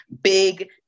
big